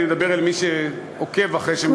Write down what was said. אני מדבר אל מי שעוקב אחרי מה שמתרחש בבית.